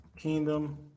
Kingdom